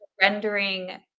rendering